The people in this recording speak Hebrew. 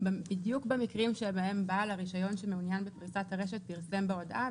בדיוק במקרים שבהם בעל הרישיון שמעוניין בפריסת הרשת פרסם בהודעה,